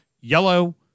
yellow